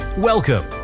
Welcome